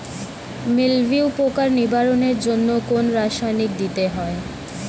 মিলভিউ পোকার নিবারণের জন্য কোন রাসায়নিক দিতে হয়?